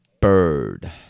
Bird